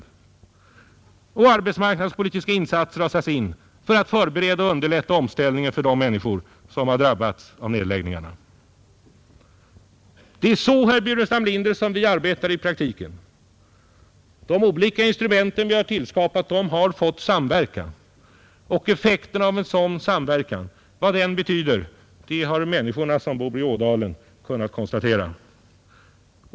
Vidare har arbetsmarknadspolitiska insatser satts in för att förbereda och underlätta omställningen för de människor som drabbats av nedläggningar. Det är på det sättet, herr Burenstam Linder, som vi arbetar i praktiken. De olika instrument som vi har tillskapat har fått samverka, och vad en sådan samverkan betyder har människorna i Ådalen kunnat konstatera.